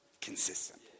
consistent